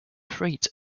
freight